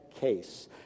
case